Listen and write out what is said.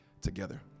together